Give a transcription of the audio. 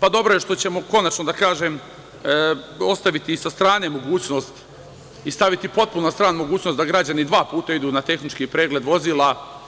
dobro je što ćemo konačno ostaviti sa strane mogućnost i staviti potpuno na stranu mogućnost da građani dva puta idu na tehnički pregled, vozila.